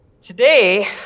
Today